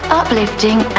uplifting